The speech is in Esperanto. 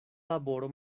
laboro